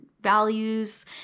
values